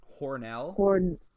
Hornell